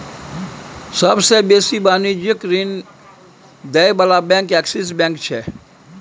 सबसे बेसी वाणिज्यिक ऋण दिअ बला बैंक एक्सिस बैंक छै